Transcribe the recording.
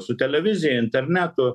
su televizija internetu